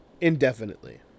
indefinitely